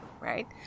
right